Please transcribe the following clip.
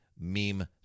meme